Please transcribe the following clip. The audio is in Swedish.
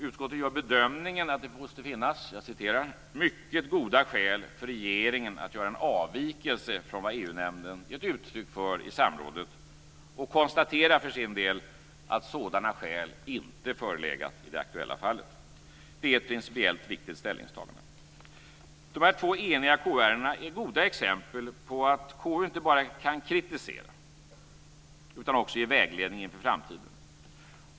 Utskottet gör bedömningen att det måste finnas mycket goda skäl för regeringen att göra en avvikelse från vad EU-nämnden gett uttryck för i samrådet och konstaterar för sin del att sådana skäl inte förelegat i det aktuella fallet. Det är ett principiellt viktigt ställningstagande. De två ärendena där KU är enigt är goda exempel på att KU inte bara kan kritisera utan ge vägledning inför framtiden.